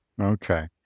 Okay